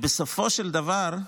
בסופו של דבר,